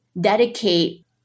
dedicate